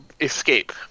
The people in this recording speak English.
escape